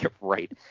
Right